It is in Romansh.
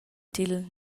dil